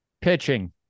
Pitching